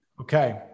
Okay